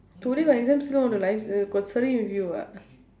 today got exams still want to live uh got study with you ah